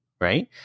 right